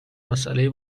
مسئله